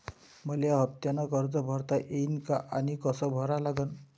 मले हफ्त्यानं कर्ज भरता येईन का आनी कस भरा लागन?